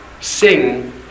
sing